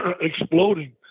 exploding